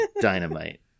Dynamite